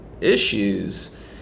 issues